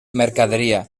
mercaderia